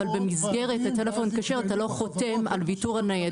אבל במסגרת הטלפון הכשר אתה לא חותם על ויתור הניידות.